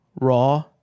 Raw